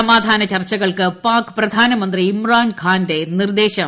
സമാധാന ചർച്ചകൾക്ക് പാക് പ്രധാനമന്ത്രി ഇമ്രാൻ ഖാന്റെ നിർദ്ദേശം